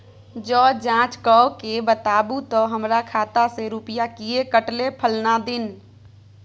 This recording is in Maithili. ज जॉंच कअ के बताबू त हमर खाता से रुपिया किये कटले फलना दिन?